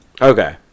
Okay